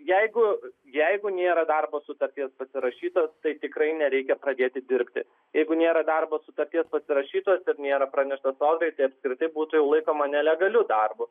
jeigu jeigu nėra darbo sutarties pasirašytos tai tikrai nereikia pradėti dirbti jeigu nėra darbo sutarties pasirašytos ir nėra pranešta sodrai tai apskritai būtų jau laikoma nelegaliu darbu